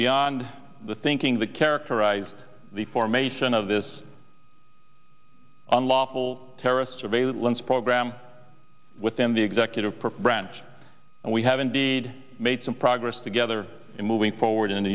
beyond the thinking that characterized the formation of this unlawful terrorist surveillance program within the executive perform ranch and we have indeed made some progress together in moving forward ind